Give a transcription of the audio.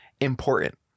important